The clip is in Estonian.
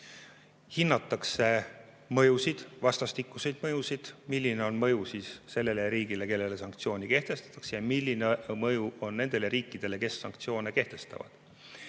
Hinnatakse vastastikuseid mõjusid, seda, milline on mõju sellele riigile, kelle vastu sanktsioonid kehtestatakse, ja milline mõju on nendele riikidele, kes sanktsioone kehtestavad.